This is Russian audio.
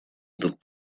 этот